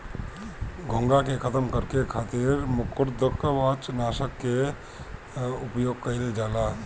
घोंघा के खतम करे खातिर मृदुकवच नाशक के उपयोग कइल जाला